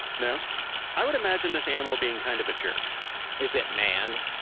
no i would imagine this animal being kind of a jerk is it man?